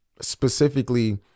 Specifically